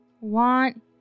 want